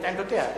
את עמדותיה?